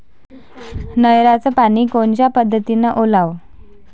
नयराचं पानी कोनच्या पद्धतीनं ओलाव?